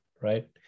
right